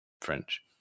French